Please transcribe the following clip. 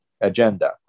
agenda